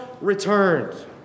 returned